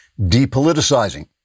depoliticizing